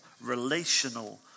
relational